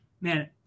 man